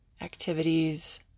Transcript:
activities